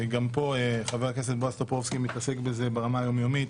שגם פה חבר הכנסת בועז טופורובסקי מתעסק בזה ברמה היום-יומית.